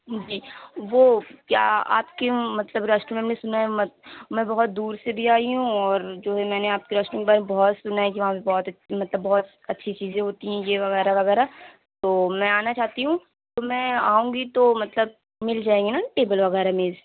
جی وہ کیا آپ کے مطلب ریسٹورینٹ میں اِس میں میں بہت دور سے بھی آئی ہوں اور جو ہے میں نے آپ کے ریسٹورینٹ کے بارے میں بہت سُنا ہے کہ وہاں پہ بہت مطلب بہت اچھی چیزیں ہوتی ہیں یہ وغیرہ وغیرہ تو میں آنا چاہتی ہوں تو میں آؤں گی تو مطلب مل جائیں گی نہ ٹیبل وغیرہ میز